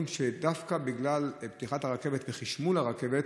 שדווקא בגלל פתיחת הרכבת וחשמול הרכבת,